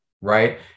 right